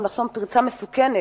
אני מתכוונת לפנות לשר החינוך